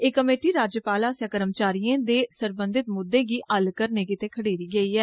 एह कमेटी राज्यपाल आस्सेआ कर्मचारियें दे सरबंधित मुद्दे गी हल करने गितै खडेरी गेई ऐ